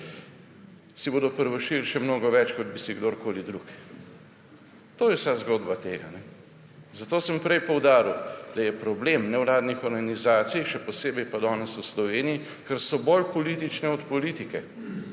si bodo privoščili še mnogo več kot bi si kdorkoli drug. To je vsa zgodba tega. Zato sem prej poudaril, da je to problem nevladnih organizacij, še posebej pa danes v Sloveniji, ker so bolj politične od politike.